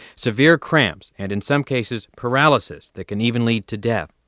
severe cramps and in some cases paralysis that can even lead to death.